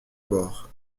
bord